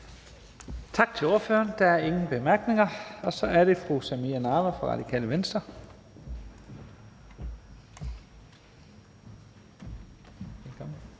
Tak til ordføreren. Der er ingen korte bemærkninger. Så er det fru Samira Nawa fra Radikale Venstre.